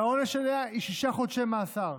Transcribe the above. והעונש עליה הוא שישה חודשי מאסר.